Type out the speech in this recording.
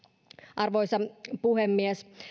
arvoisa puhemies